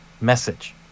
message